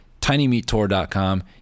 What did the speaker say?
TinyMeatTour.com